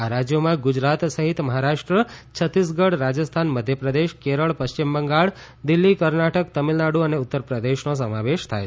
આ રાજ્યોમાં ગુજરાત સહિત મહારાષ્ટ્ર છત્તીસગઢ રાજસ્થાન મધ્યપ્રદેશ કેરળ પશ્ચિમ બંગાળ દિલ્હી કર્ણાટક તમિલનાડુ અને ઉત્તર પ્રદેશનો સમાવેશ થાય છે